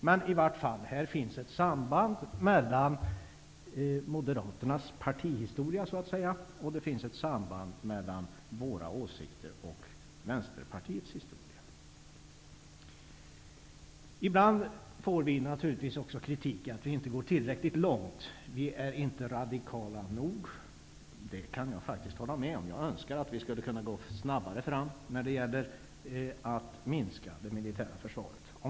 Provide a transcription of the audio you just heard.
Men det finns i vart fall ett samband mellan Moderaternas partihistoria och partiets politik och ett samband mellan våra åsikter och Vänsterpartiets historia. Ibland får vi kritik för att vi inte går tillräckligt långt. Vi är inte radikala nog. Det kan jag faktiskt hålla med om. Jag önskar att vi hade kunnat gå snabbare fram med att minska det militära försvaret.